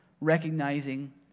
recognizing